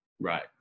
right